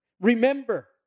remember